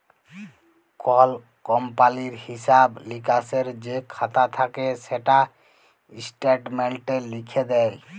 call কমপালির হিঁসাব লিকাসের যে খাতা থ্যাকে সেটা ইস্ট্যাটমেল্টে লিখ্যে দেয়